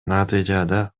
натыйжада